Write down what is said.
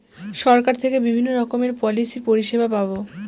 সরকার থেকে বিভিন্ন রকমের পলিসি পরিষেবা পাবো